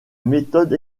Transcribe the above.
méthode